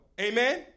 Amen